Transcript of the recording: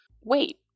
Wait